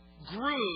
grew